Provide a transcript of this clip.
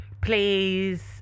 Please